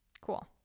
Cool